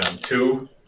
two